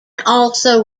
also